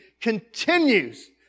continues